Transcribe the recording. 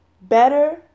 better